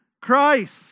Christ